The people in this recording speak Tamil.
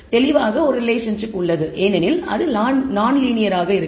ஆனால் தெளிவாக ஒரு ரிலேஷன்ஷிப் உள்ளது ஏனெனில் அது நான்லீனியர் ஆக இருக்கும்